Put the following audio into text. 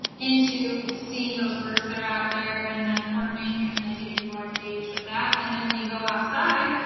into seeing those birds that are out there, and then learning, and then getting more engaged with that. and then when you go outside,